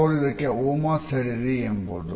ಅವರು ಇದಕ್ಕೆ ಓಮ ಸೇರಿರಿ ಎಂಬುದು